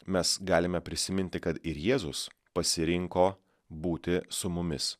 mes galime prisiminti kad ir jėzus pasirinko būti su mumis